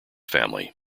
family